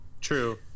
True